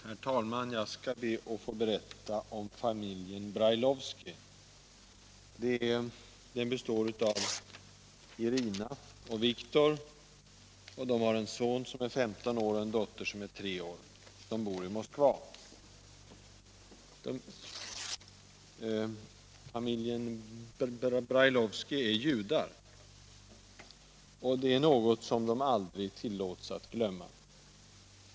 Herr talman! Jag skall be att få berätta om familjen Brailovsky. Den består av Irina och Viktor och en son som är 15 år och en dotter som är 3 år. De bor i Moskva. Familjen Brailovsky är judar. Det är något som de aldrig tillåts att glömma.